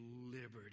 liberty